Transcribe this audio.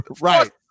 Right